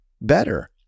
better